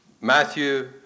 Matthew